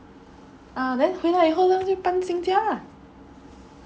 ah then 回来以后 lor 就搬新家 lah